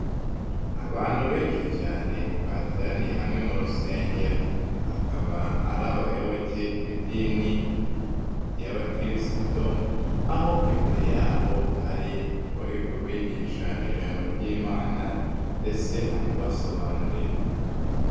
Abantu benshi cyane bateraniye hamwe mu rusengero. Bakaba ari abayoboke b'idini y'abakirisito, aho imbere yabo hari uri ku bigisha ijambo ry'Imana ndetse anabasobanurira.